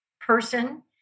person